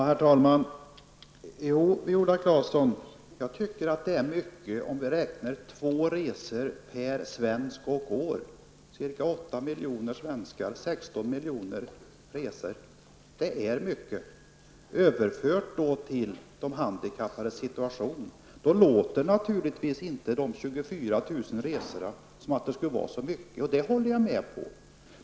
Herr talman! Jo, Viola Claesson, jag tycker att det är mycket om man räknar med två resor per svensk och år, ca 8 miljoner svenskar och 16 miljoner resor. Om man överför detta till de handikappades situation, då låter naturligtvis inte de 24 000 resorna som att det skulle vara mycket. Det håller jag med om.